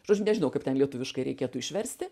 žodžiu nežinau kaip ten lietuviškai reikėtų išversti